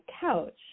couch